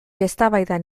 eztabaidan